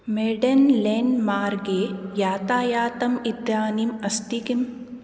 Maiden lane मार्गे यातायातम् इदानीम् अस्ति किम्